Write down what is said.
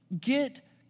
Get